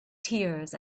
tears